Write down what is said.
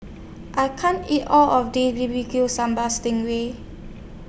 I can't eat All of This B B Q Sambal Sting Ray